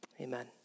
amen